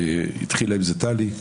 התחילה עם זה טלי,